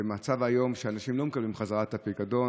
כי המצב היום שאנשים לא מקבלים חזרה את הפיקדון,